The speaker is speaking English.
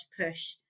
push